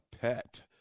pet